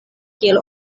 kiel